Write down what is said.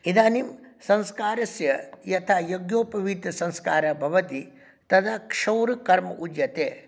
इदानीं संस्कारस्य यथा यज्ञोपवीतसंस्कारः भवति तदा क्षौरकर्म उच्यते